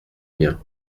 mien